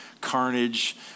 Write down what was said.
carnage